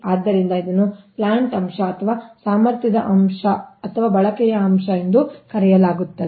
ಆದ್ದರಿಂದ ಇದನ್ನು ಪ್ಲಾಂಟ್ ಅಂಶ ಅಥವಾ ಸಾಮರ್ಥ್ಯದ ಅಂಶ ಅಥವಾ ಬಳಕೆಯ ಅಂಶ ಎಂದು ಕರೆಯಲಾಗುತ್ತದೆ